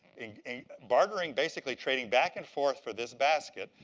bartering, basically trading back and forth for this basket.